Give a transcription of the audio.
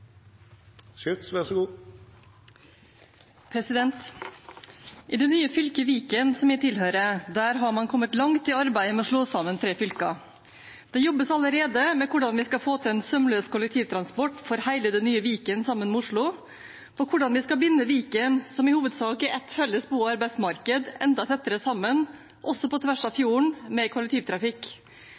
I det nye fylket Viken, som jeg tilhører, har man kommet langt i arbeidet med å slå sammen tre fylker. Det jobbes allerede med hvordan vi skal få til en sømløs kollektivtransport for hele det nye Viken, sammen med Oslo, og hvordan vi skal binde Viken, som i hovedsak er ett felles bo- og arbeidsmarked, enda tettere sammen, også på tvers av fjorden, med kollektivtrafikk.